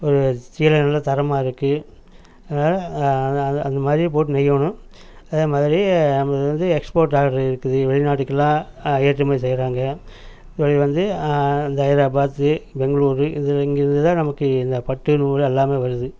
ஒரு சீலை நல்ல தரமாக இருக்குது அதனால் அந்த அந்த அந்த மாதிரி போட்டு நெய்யணும் அதே மாதிரி நம்மளுது வந்து எக்ஸ்போட் ஆட்ரு இருக்குது வெளிநாட்டுக்கெல்லாம் ஏற்றுமதி செய்கிறாங்க இது மாதிரி வந்து அந்த ஐட்ராபாத்து பெங்க்ளூரு இதில் இங்கேருந்து நமக்கு இந்த பட்டு நூல் எல்லாமே வருது